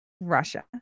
Russia